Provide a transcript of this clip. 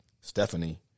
Stephanie